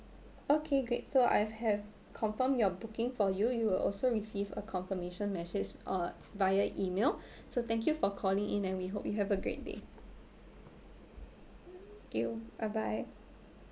okay great so I have confirm your booking for you you will also receive a confirmation message uh via email so thank you for calling in and we hope you have a great day bye bye